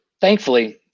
thankfully